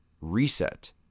reset